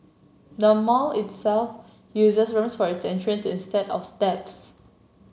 the mall itself uses ramps for its entrances instead of steps